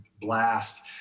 blast